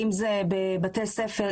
אם זה בבתי ספר,